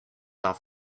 off